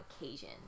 occasion